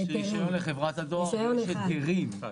יש רישיון לחברת הדואר ויש היתרים.